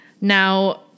Now